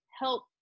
help